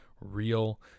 real